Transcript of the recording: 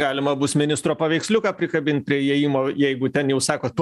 galima bus ministro paveiksliuką prikabint prie įėjimo jeigu ten jau sakot